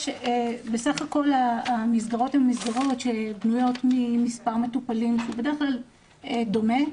בסך הכל המסגרות בנויות ממספר מטופלים שהוא בדרך כלל דומה,